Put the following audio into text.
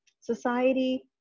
society